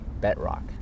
bedrock